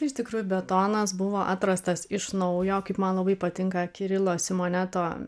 iš tikrųjų betonas buvo atrastas iš naujo kaip man labai patinka kirilo simoneto